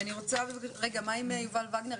מה עם יובל וגנר?